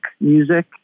music